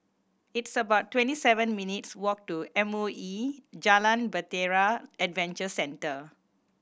it's about twenty seven minutes' walk to M O E Jalan Bahtera Adventure Centre